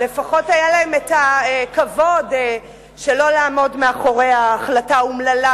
לפחות היה להם הכבוד שלא לעמוד מאחורי ההחלטה האומללה